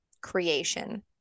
creation